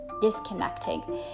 disconnecting